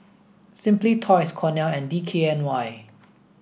Simply Toys Cornell and D K N Y